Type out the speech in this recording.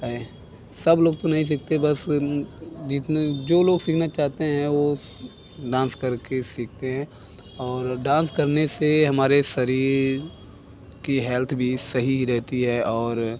है सब लोग तो नहीं सीखते बस जो लोग सीखना चाहते हैं वो उस डांस कर के सीखते हैं और डांस करने से हमारे शरीर की हैल्थ भी सही रहती है और